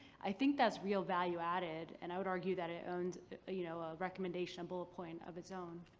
i think that's real value added and i would argue that it owns ah you know a recommendation bullet point of its own.